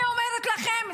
אני אומרת לכם,